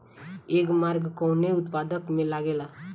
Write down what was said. एगमार्क कवने उत्पाद मैं लगेला?